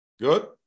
Good